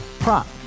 Prop